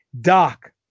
Doc